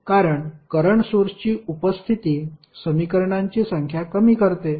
कारण करंट सोर्सची उपस्थिती समीकरणांची संख्या कमी करते